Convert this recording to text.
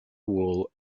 wool